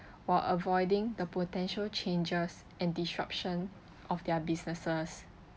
while avoiding the potential changes and disruption of their businesses